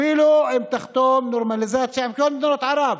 אפילו אם תחתום נורמליזציה עם כל מדינות ערב,